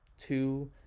Two